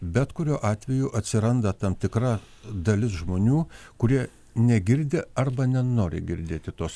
bet kuriuo atveju atsiranda tam tikra dalis žmonių kurie negirdi arba nenori girdėti tos